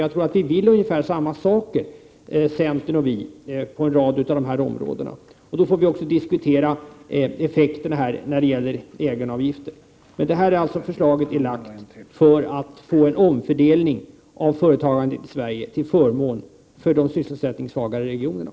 Jag tror att centern och vi vill samma saker på en rad av dessa områden. Då får vi också diskutera effekten när det gäller egenavgifterna. Men detta förslag framläggs för att vi skall få en omfördelning av företagandet i Sverige till förmån för de sysselsättningssvagare regionerna.